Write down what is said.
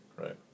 Right